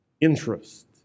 interest